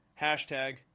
Hashtag